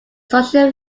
social